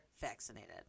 vaccinated